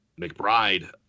McBride